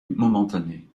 momentané